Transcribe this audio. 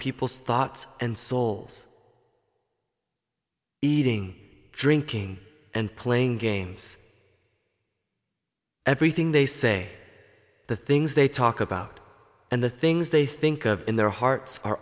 people's thoughts and souls eating drinking and playing games everything they say the things they talk about and the things they think of in their hearts are